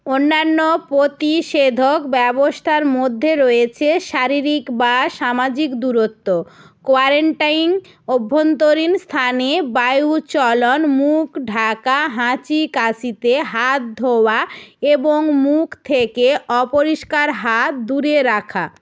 অন্যান্য প্রতিষেধক ব্যবস্থার মধ্যে রয়েছে শারীরিক বা সামাজিক দূরত্ব কোয়ারেন্টাইন অভ্যন্তরীণ স্থানে বায়ুচলন মুখ ঢাকা হাঁচি কাশিতে হাত ধোয়া এবং মুখ থেকে অপরিষ্কার হাত দূরে রাখা